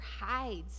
hides